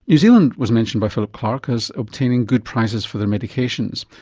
new zealand was mentioned by philip clarke as obtaining good prices for their medications.